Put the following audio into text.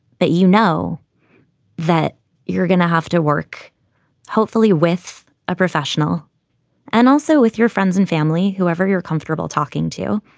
but you know that you're going to have to work hopefully with a professional and also with your friends and family, whoever you're comfortable talking to.